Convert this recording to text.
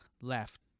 left